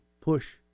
push